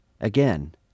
Again